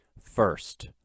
First